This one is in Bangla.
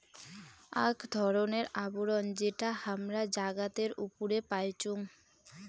আক ধরণের আবরণ যেটা হামরা জাগাতের উপরে পাইচুং